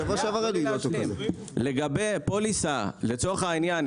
לצורך העניין,